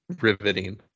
riveting